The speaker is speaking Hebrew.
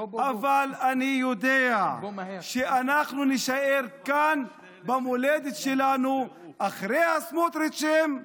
אבל אני יודע שאנחנו נישאר כאן במולדת שלנו אחרי הסמוטריצ'ים.